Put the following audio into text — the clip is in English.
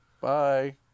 Bye